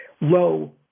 low